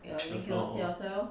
ya then cannot sit outside lor